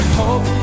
hope